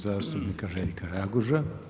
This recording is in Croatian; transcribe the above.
zastupnika Željka Raguža.